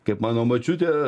kaip mano močiutė